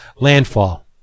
Landfall